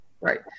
Right